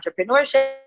entrepreneurship